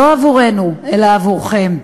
לא עבורנו אלא עבורכם.